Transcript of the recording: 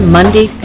Monday